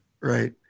Right